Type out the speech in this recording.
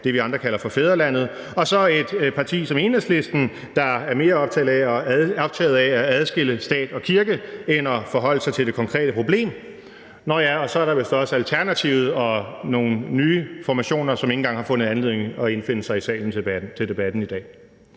det, vi andre kalder for fædrelandet. Og så har vi et parti som Enhedslisten, der er mere optaget af at adskille stat og kirke end at forholde sig til det konkrete problem. Nåh ja, og så er der vist også Alternativet og nogle nye formationer, som ikke engang har fundet anledning til at indfinde sig i salen til debatten i dag.